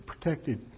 protected